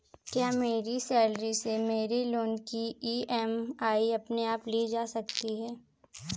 क्या मेरी सैलरी से मेरे लोंन की ई.एम.आई अपने आप ली जा सकती है?